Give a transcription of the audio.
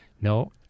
No